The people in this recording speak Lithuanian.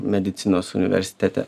medicinos universitete